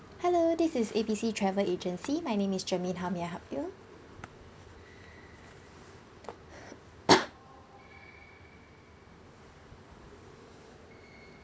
hello this is A B C travel agency my name is jermaine how may I help you